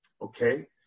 Okay